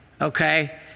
okay